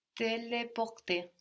Teleporte